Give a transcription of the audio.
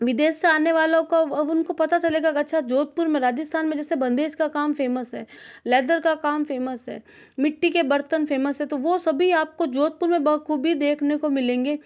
विदेश से आने वालो को अब उनको पता चलेगा कि अच्छा जोधपुर में राजस्थान में जिससे बंधेज का काम फ़ेमस है लेदर का काम फ़ेमस है मिट्टी के बर्तन फ़ेमस है तो वह सभी आपको जोधपुर में बखूबी देखने को मिलेंगे